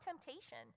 temptation